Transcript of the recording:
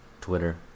Twitter